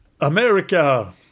America